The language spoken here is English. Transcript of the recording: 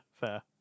fair